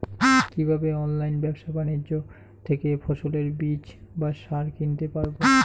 কীভাবে অনলাইন ব্যাবসা বাণিজ্য থেকে ফসলের বীজ বা সার কিনতে পারবো?